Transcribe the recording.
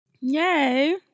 Yay